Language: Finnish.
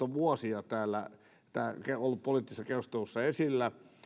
on vuosia täällä ollut poliittisessa keskustelussa esillä